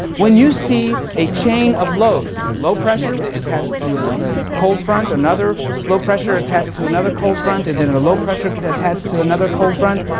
when you see a chain of lows, a low pressure, attached to a cold front, another low pressure attached to another cold front, and then a low pressure but attached to another cold front.